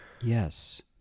Yes